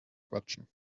quatschen